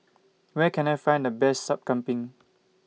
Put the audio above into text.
Where Can I Find The Best Sup Kambing